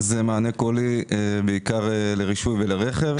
זה מענה קולי בעיקר לרישוי ולרכב.